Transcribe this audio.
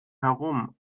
herum